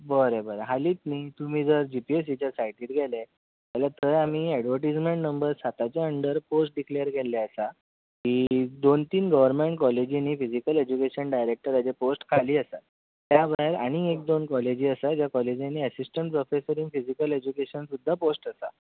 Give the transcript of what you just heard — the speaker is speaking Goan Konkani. बरें बरें हालींच न्हय तुमी जर जी पी एस सी च्या सायटीर गेले जाल्यार थंय आमी एडवटिजमॅण नंबर साताच्या अंडर पोस्ट डिक्लॅर केल्ले आसा की दोन तीन गवरमॅण कॉलेजींनी फिजिकल एज्युकेशन डायरॅक्टराचे पोस्ट खाली आसात त्या भायर आनी एक दोन कॉलेजी आसा ज्या कॉलेजींनी assistant professor in physical education सुद्दां पोस्ट आसा